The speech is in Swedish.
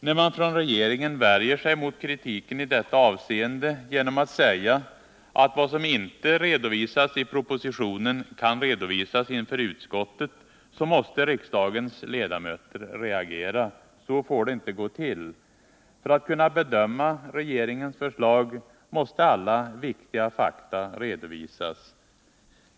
När regeringen värjer sig mot kritiken i detta avseende genom att säga att vad som inte redovisats i propositionen kan redovisas inför utskottet, måste riksdagens ledamöter reagera. Så får det inte gå till. För att riksdagen skall kunna bedöma regeringens förslag måste alla viktiga fakta redovisas.